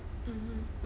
mmhmm